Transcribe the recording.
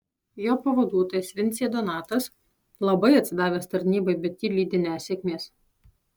jo pavaduotojas vincė donatas labai atsidavęs tarnybai bet jį lydi nesėkmės